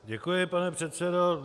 Děkuji, pane předsedo.